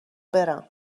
برم